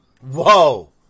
Whoa